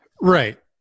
right